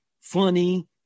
funny